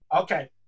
Okay